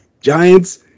Giants